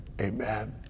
amen